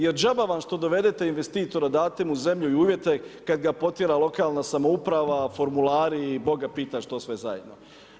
Jer džaba vam ako vi dovedete investitora date mu zemlju i uvjete kada ga potjera lokalna samouprava, formulari i Boga pitaj što sve zajedno.